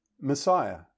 Messiah